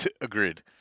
Agreed